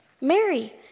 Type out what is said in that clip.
Mary